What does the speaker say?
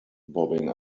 bobbing